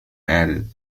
added